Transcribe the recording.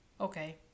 okay